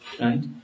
right